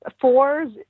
fours